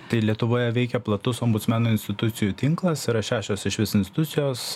tai lietuvoje veikia platus ombudsmenų institucijų tinklas yra šešios išvis institucijos